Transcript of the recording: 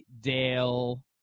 Dale